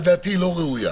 לדעתי לא ראויה.